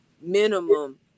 minimum